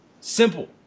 Simple